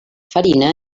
farina